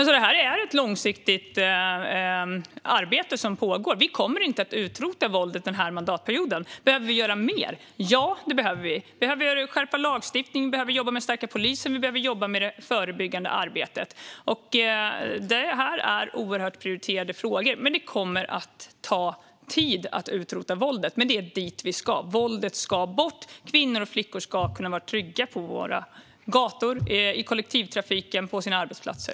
Fru talman! Det är ett långsiktigt arbete som pågår. Vi kommer inte att utrota våldet den här mandatperioden. Behöver vi göra mer? Ja, det behöver vi. Vi behöver skärpa lagstiftningen, vi behöver stärka polisen och vi behöver jobba med det förebyggande arbetet. Det här är oerhört prioriterade frågor. Det kommer att ta tid att utrota våldet, men det är dit vi ska. Våldet ska bort. Kvinnor och flickor ska vara trygga på våra gator, i kollektivtrafiken och på sina arbetsplatser.